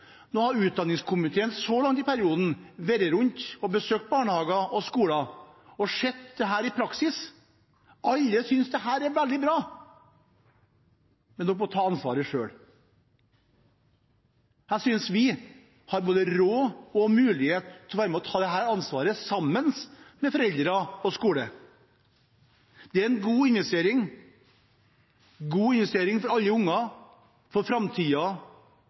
Utdanningskomiteen har så langt i perioden vært rundt og besøkt barnehager og skoler og har sett dette i praksis. Alle synes dette er veldig bra, men man må ta ansvaret selv. Jeg synes vi har både råd og mulighet til å være med og ta dette ansvaret, sammen med foreldre og skole. Det er en god investering og en god justering for framtiden for alle unger og for